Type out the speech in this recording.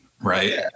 right